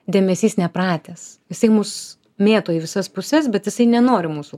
dėmesys nepratęs jisai mus mėto į visas puses bet jisai nenori mūsų